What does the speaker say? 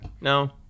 no